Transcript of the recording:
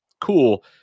Cool